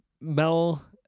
Mel